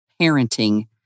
parenting